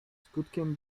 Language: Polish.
skutkiem